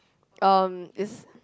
um it's